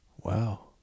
Wow